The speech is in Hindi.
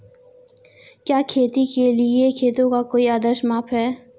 क्या खेती के लिए खेतों का कोई आदर्श माप है?